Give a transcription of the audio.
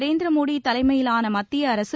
நரேந்திர மோடி தலைமையிலான மத்திய அரக